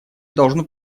должно